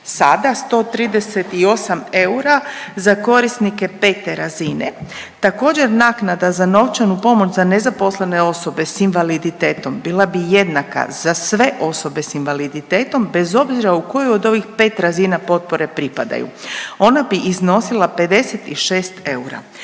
sada 138 eura za korisnike 5. razine. Također naknada za novčanu pomoć za nezaposlene osobe s invaliditetom bila bi jednaka za sve osobe s invaliditetom bez obzira u koju od ovih 5 razina potpore pripadaju, ona bi iznosila 56 eura.